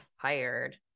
fired